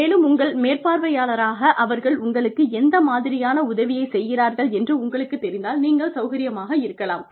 மேலும் உங்கள் மேற்பார்வையாளர்களாக அவர்கள் உங்களுக்கு எந்த மாதிரியான உதவியைச் செய்கிறார்கள் என்று உங்களுக்குத் தெரிந்தால் நீங்கள் சௌகரியமாக இருக்கலாம்